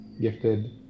gifted